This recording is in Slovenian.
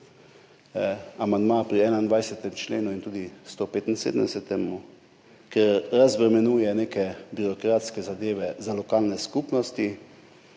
amandma pri 21. členu in tudi 175. členu, ker razbremenjujeta neke birokratske zadeve za lokalne skupnosti.